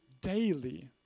daily